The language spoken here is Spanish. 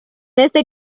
este